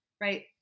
Right